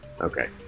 Okay